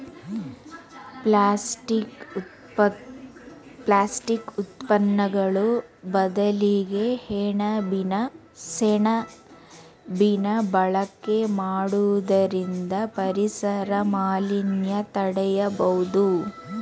plastic ಉತ್ಪನ್ನಗಳು ಬದಲಿಗೆ ಸೆಣಬಿನ ಬಳಕೆ ಮಾಡುವುದರಿಂದ ಪರಿಸರ ಮಾಲಿನ್ಯ ತಡೆಯಬೋದು